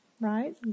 right